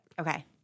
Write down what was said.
Okay